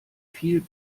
viel